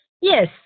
Yes